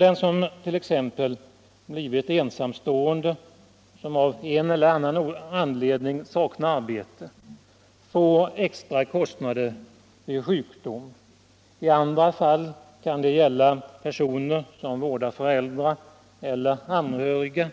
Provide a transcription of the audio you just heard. Den som t.ex. blir ensamstående och av en eller annan anledning saknar arbete får extra kostnader vid sjukdom. Personer som vårdar föräldrar eller anhöriga